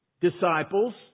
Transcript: disciples